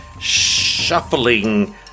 shuffling